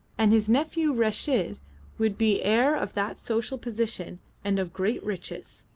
and his nephew reshid would be heir of that social position and of great riches.